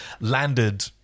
landed